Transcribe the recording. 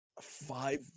five